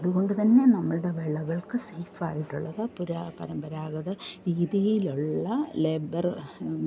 അതുകൊണ്ട് തന്നെ നമ്മളുടെ വിളകൾക്ക് സേഫായിട്ടുള്ളത് പുരാതന പരമ്പരാഗത രീതിയിലുള്ള ലേബർ